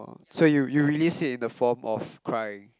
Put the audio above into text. so you you release it in the form of crying